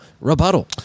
rebuttal